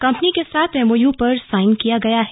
company के साथ MOU पर साइन किया गया है